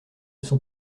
sont